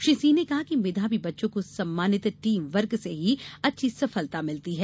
श्री सिंह ने कहा कि मेधावी बच्चों को सम्मानित टीम वर्क से ही अच्छी सफलता मिलती है